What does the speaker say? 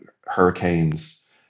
hurricanes